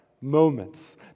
moments